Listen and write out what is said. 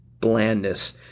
blandness